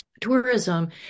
tourism